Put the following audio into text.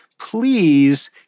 please